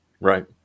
Right